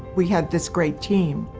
we had this great team,